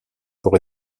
pour